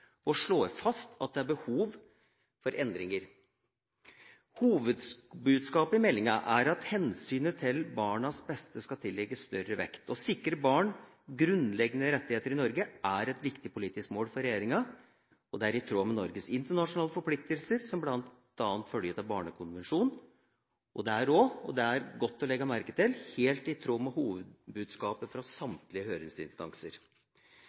og slår fast at det er behov for endringer. Hovedbudskapet i meldinga er at hensynet til barnas beste skal tillegges større vekt. Å sikre barn grunnleggende rettigheter i Norge er et viktig politisk mål for regjeringa, og det er i tråd med Norges internasjonale forpliktelser, som bl.a. følger av Barnekonvensjonen. Det er også – og det er godt å legge merke til – helt i tråd med hovedbudskapet fra samtlige høringsinstanser.